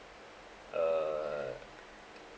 err